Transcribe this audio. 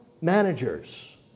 managers